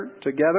together